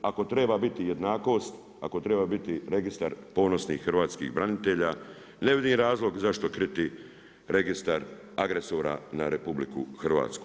ako treba biti jednakost, ako treba biti registar ponosnih hrvatskih branitelja, ne vidim razlog zašto kriti registar agresora na RH.